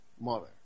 mother